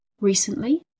Recently